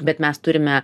bet mes turime